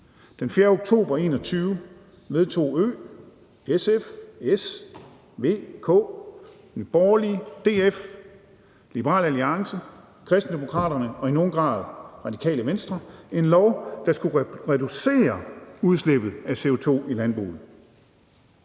Den 4. oktober 2021 vedtog EL, SF, S, V, KF, Nye Borgerlige, DF, Liberal Alliance, Kristendemokraterne og i nogen grad Radikale Venstre en lov, der skulle reducere udslippet af CO2 i landbruget,